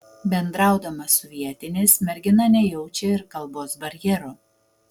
bendraudama su vietiniais mergina nejaučia ir kalbos barjero